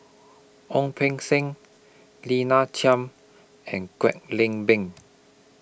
Ong Beng Seng Lina Chiam and Kwek Leng Beng